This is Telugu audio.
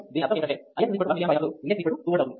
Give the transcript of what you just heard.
దీని అర్థం ఏమిటంటే Ix 1 milli ఆంప్ అయినప్పుడు Vx 2V అవుతుంది